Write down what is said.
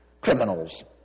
criminals